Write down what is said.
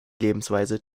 lebensweise